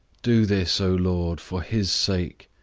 do this, o lord, for his sake,